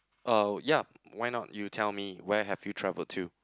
uh ya why not you tell me where have you travelled to